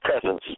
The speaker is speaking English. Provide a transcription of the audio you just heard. presence